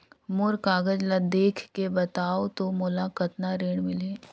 मोर कागज ला देखके बताव तो मोला कतना ऋण मिलही?